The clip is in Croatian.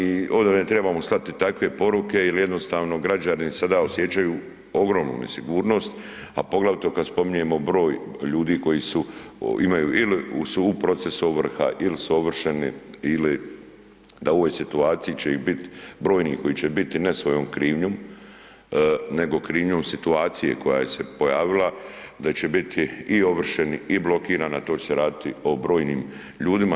I ovdje ne trebamo slati takve poruke jer jednostavno građani sada osjećaju ogromnu nesigurnost, a poglavito kad spominjemo broj ljudi koji su, imaju ili su u procesu ovrha ili su ovršeni ili, da u ovoj situaciji će ih biti brojni koji će biti ne svojom krivnjom nego krivnjom situacije koja se je pojavila, da će biti i ovršeni i blokirani, a to će se raditi o brojnim ljudima.